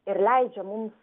ir leidžia mums